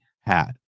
hat